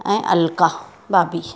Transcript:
ऐं अलका भाभी